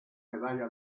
medalla